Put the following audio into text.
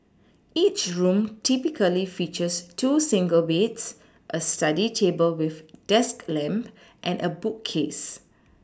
each room typically features two single beds a study table with desk lamp and a bookcase